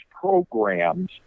programs